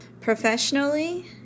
Professionally